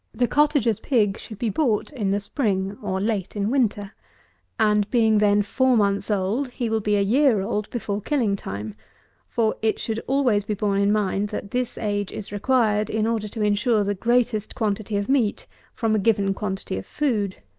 the cottager's pig should be bought in the spring, or late in winter and being then four months old, he will be a year old before killing time for it should always be borne in mind, that this age is required in order to insure the greatest quantity of meat from a given quantity of food.